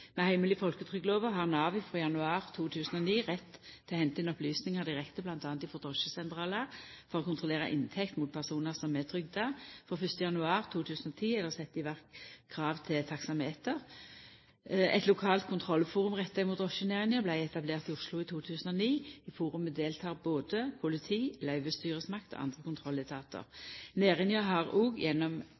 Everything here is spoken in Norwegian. Med heimel i folketrygdlova har Nav frå januar 2009 rett til å henta inn opplysningar direkte, bl.a. frå drosjesentralar, for å kontrollera inntekt mot personar som er trygda. Frå 1. januar 2010 er det sett i verk krav til taksameter. Eit lokalt kontrollforum retta mot drosjenæringa vart etablert i Oslo i 2009. I forumet deltek både politi, løyvestyresmakt og andre kontrolletatar. Næringa har òg gjennom